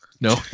no